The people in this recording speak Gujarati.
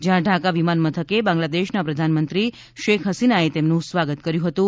જયાં ઢાકા વિમાન મથકે બાંગ્લાદેશના પ્રધાનમંત્રી શેખ હસીનાએ તેમનું સ્વાગત કર્યુ હતું